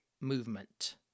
movement